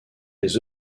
les